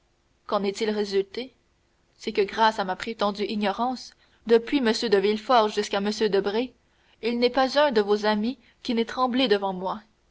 qu'en est-il résulté c'est que grâce à ma prétendue ignorance depuis m de villefort jusqu'à m debray il n'est pas un de vos amis qui n'ait tremblé devant moi